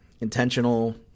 intentional